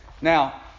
Now